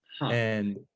And-